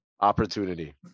Opportunity